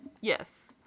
Yes